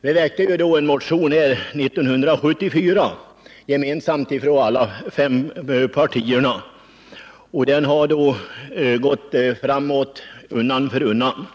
väckte vi en motion i den här frågan gemensamt med alla fem riksdagspartierna i Värmland. Frågan har alltså gått framåt undan för undan.